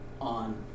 on